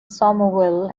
somerville